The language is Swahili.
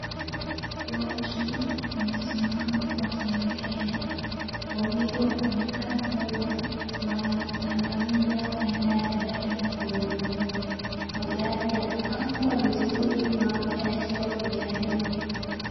Watu wamesimama wakiongea, wawili wanaonekana kuwa wanaangalia aina ya gari ya kununua. Magari yamepangwa vizuri mapya yakiwa kwenye laini.